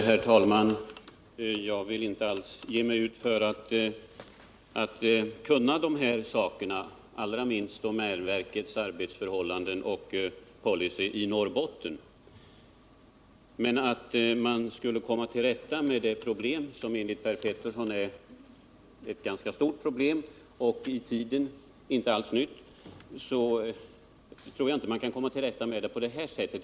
Herr talman! Jag vill inte alls ge mig ut för att kunna de här sakerna, allra minst domänverkets arbetsförhållanden och policy i Norrbotten. Jag tror emellertid inte att man på det här sättet kan komma till rätta med problemet, som enligt Per Petersson är ganska stort och inte alls nytt.